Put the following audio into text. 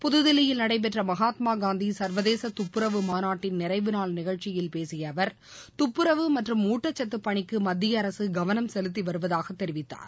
புத்தில்லியில் நடைபெற்ற மகாத்மாகாந்தி சுர்வதேச துப்புரவு மாநாட்டின் நிறைவு நாள் நிகழ்ச்சியில் பேசிய அவர் துப்புரவு மற்றும் ஊட்டச்சத்து பணிக்கு மத்தியஅரசு கவனம் செலுத்தி வருவதாக தெரிவித்தார்